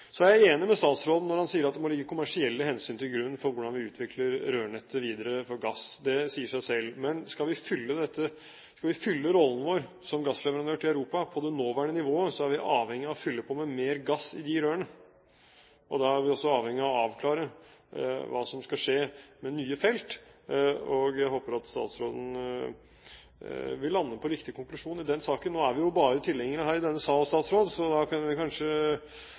Så er jeg enig med statsråden når han sier at det må ligge kommersielle hensyn til grunn for hvordan vi utvikler rørnettet videre for gass – det sier seg selv. Men skal vi fylle rollen vår som gassleverandør til Europa på det nåværende nivået, er vi avhengige av å fylle på med mer gass i disse rørene. Da er vi også avhengige av å avklare hva som skal skje med nye felt. Jeg håper statsråden vil lande på riktig konklusjon i den saken. Nå er vi jo bare tilhengere her i denne sal, så da kunne kanskje